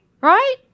Right